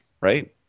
Right